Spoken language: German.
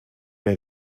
mehr